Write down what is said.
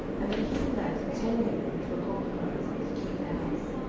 and the king left ten women, which were concubines, to keep the house.